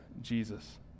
Jesus